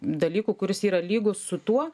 dalykų kuris yra lygus su tuo